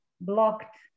blocked